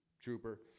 trooper